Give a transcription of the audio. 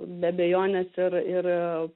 be abejonės ir ir